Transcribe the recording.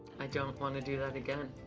i don't want to do that again.